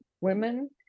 women